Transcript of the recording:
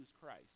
Christ